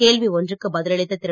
கேள்வி ஒன்றுக்கு பதில் அளித்த திரு